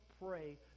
pray